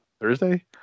Thursday